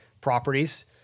properties